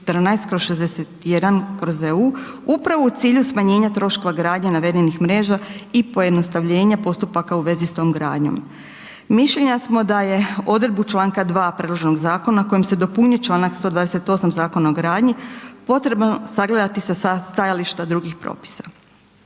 2014/61/EU upravo u cilju smanjenja troškova gradnje navedenih mreža i pojednostavljenja postupaka u vezi s tom gradnjom. Mišljenja smo da je odredbu čl. 2 predloženog zakona kojim se dopunjuje čl. 128. Zakona o gradnji, potrebno sagledati sa stajališta drugih propisa.